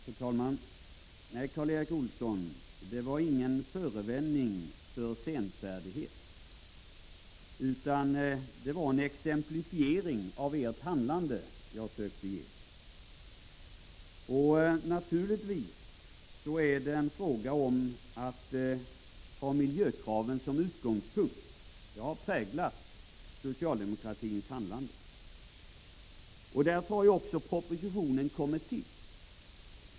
Fru talman! Nej, Karl Erik Olsson, det var ingen förevändning för senfärdighet, utan det var en exemplifiering av ert handlande som jag försökte ge. Naturligtvis är detta en fråga om att ha miljökraven som utgångspunkt. Det har präglat socialdemokratins handlande. Därför har också propositionen kommit till.